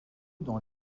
dans